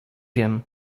wiem